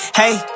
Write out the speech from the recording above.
hey